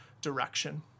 direction